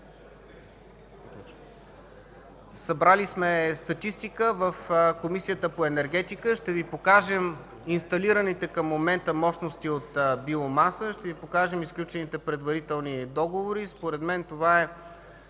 Събрали сме статистика. В Комисията по енергетика ще Ви покажем инсталираните към момента мощности от биомаса, ще Ви покажем и сключените предварителни договори. Според мен това е